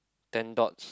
ten dots